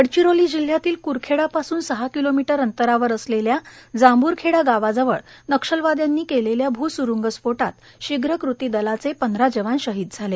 गडचिरोली जिल्ह्यातील क्रखेडा पासून सहा किलोमीटर अंतरावर असलेल्या जांभूरखेडा गावाजवळ नक्षलवाद्यांनी केलेल्या भूस्रूंग स्फोटात शीघ्र कृती दलाचे पंधरा जवान शहीद झाले